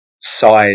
side